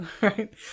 right